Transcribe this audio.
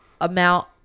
amount